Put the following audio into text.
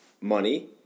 money